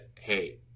hey